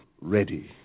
ready